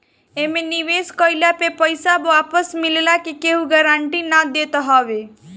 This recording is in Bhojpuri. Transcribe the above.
एमे निवेश कइला पे पईसा वापस मिलला के केहू गारंटी ना देवत हअ